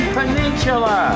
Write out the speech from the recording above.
Peninsula